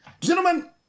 Gentlemen